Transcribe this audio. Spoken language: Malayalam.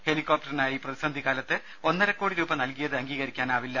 ഹെലികോപ്ടറിനായി പ്രതിസന്ധിക്കാലത്ത് ഒന്നരക്കോടി രൂപ നൽകിയത് അംഗീകരിക്കാനാകില്ല